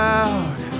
out